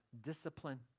discipline